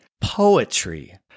poetry